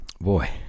Boy